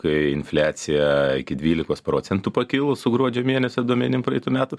kai infliacija iki dvylikos procentų pakilus gruodžio mėnesio duomenim praeitų metų